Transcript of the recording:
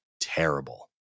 terrible